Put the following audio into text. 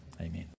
Amen